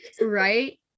right